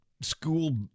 school